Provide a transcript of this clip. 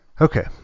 Okay